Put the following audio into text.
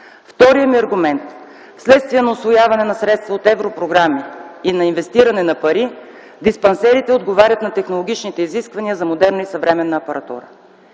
Вторият ми аргумент: вследствие на усвояване на средства от европрограми и на инвестиране на пари, диспансерите отговарят на технологичните изисквания за модерна и съвременна апаратура.